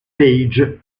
page